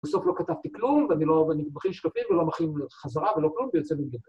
‫בסוף לא כתבתי כלום, ואני לא מכין שקפים, ‫ולא מכין חזרה ולא כלום, ‫והיא יוצאת ממני